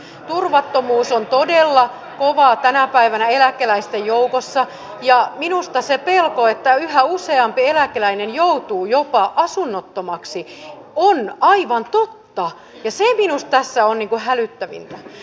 turvattomuus on todella kovaa tänä päivänä eläkeläisten joukossa ja minusta se pelko että yhä useampi eläkeläinen joutuu jopa asunnottomaksi on aivan totta ja se minusta tässä on hälyttävintä